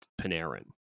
Panarin